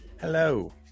Hello